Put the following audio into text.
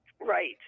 Right